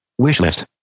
Wishlist